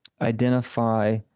identify